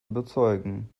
überzeugen